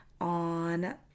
on